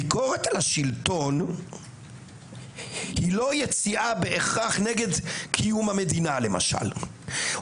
ביקורת על השלטון היא לא יציאה בהיכרך נגיד קיום המדינה למשל,